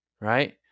right